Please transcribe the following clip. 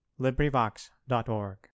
LibriVox.org